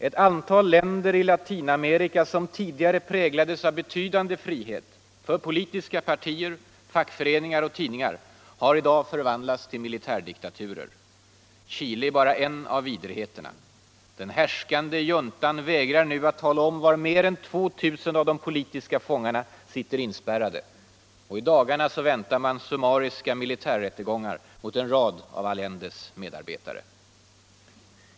Ett antal länder i Latinamerika - som tidigare präglades av betydande frihet för politiska partier, fackföreningar och tidningar — har i dag förvandlats till militärdiktaturer. Chile är bara en av vidrigheterna. Den härskande juntan vägrar nu att tala om var mer än 2 000 av de politiska fångarna sitter inspärrade. I dagarna väntas summariska militärrättegångar mot en rad av Allendes medarbetare.